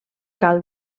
cal